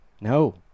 No